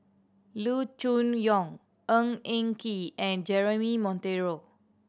Loo Choon Yong Ng Eng Kee and Jeremy Monteiro